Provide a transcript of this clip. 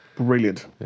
Brilliant